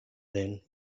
than